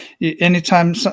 Anytime